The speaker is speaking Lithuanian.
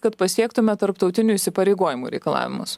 kad pasiektume tarptautinių įsipareigojimų reikalavimus